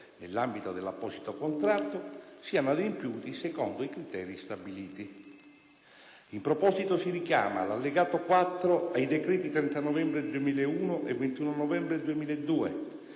nell'ambito dell'apposito contratto siano adempiuti secondo i criteri stabiliti. In proposito, si richiama l'allegato 4 ai decreti 30 novembre 2001 e 21 novembre 2002,